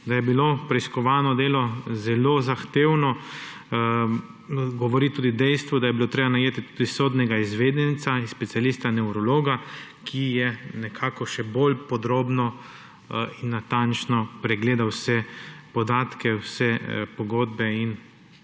Da je bilo preiskovano delo zelo zahtevno, govori tudi dejstvo, da je bilo treba najeti tudi sodnega izvedenca in specialista nevrologa, ki je nekako še bolj podrobno in natančno pregledal vse podatke, vse pogodbe in